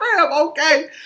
okay